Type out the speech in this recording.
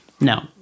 No